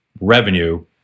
revenue